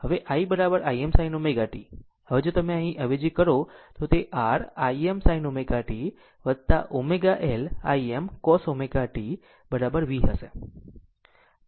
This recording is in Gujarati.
હવે i Im sin ω t આમ જો તમે અહીં અવેજી કરશો તો તે R Im sin ω t ω L Im cos ω t v હશે